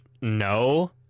No